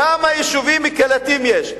כמה יישובים קהילתיים יש?